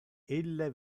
ille